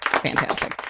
Fantastic